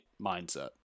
mindset